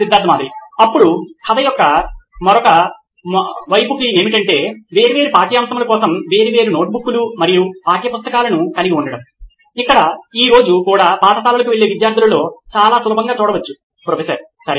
Siddharth Maturi CEO నోయిన్ electronics అప్పుడు కథ యొక్క మరొక వైపుకు ఏమిటంటే వేర్వేరు పాఠ్యాంశములు కోసం వేర్వేరు నోట్బుక్లు మరియు పాఠ్యపుస్తకాలను కలిగి ఉండడం ఇక్కడ ఈ రోజు కూడా పాఠశాలకు వెళ్ళే విద్యార్థులలో చాలా సులభంగా చూడవచ్చు ప్రొఫెసర్ సరే